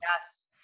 yes